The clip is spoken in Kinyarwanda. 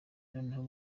noneho